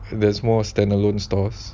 there's more standalone stores